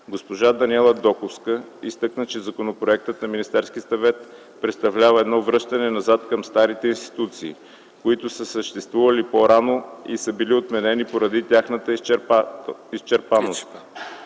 Госпожа Даниела Доковска изтъкна, че законопроектът на Министерския съвет представлява едно връщане назад към стари институции, които са съществували по-рано и са били отменени поради тяхната изчерпаност